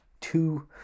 two